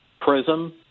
prism